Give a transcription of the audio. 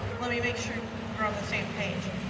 let me make sure we are on the same page.